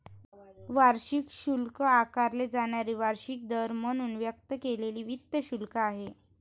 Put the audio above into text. वार्षिक शुल्क आकारले जाणारे वार्षिक दर म्हणून व्यक्त केलेले वित्त शुल्क आहे